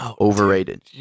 overrated